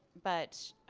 but